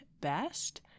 best